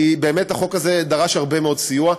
כי באמת החוק הזה דרש הרבה מאוד סיוע.